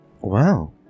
Wow